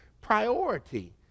priority